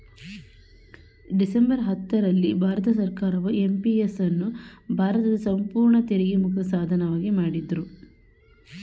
December ಹತ್ತು ರಲ್ಲಿ ಭಾರತ ಸರ್ಕಾರವು ಎಂ.ಪಿ.ಎಸ್ ಅನ್ನು ಭಾರತದ ಸಂಪೂರ್ಣ ತೆರಿಗೆ ಮುಕ್ತ ಸಾಧನವಾಗಿ ಮಾಡಿದ್ರು